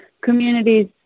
communities